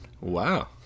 Wow